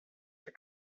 ser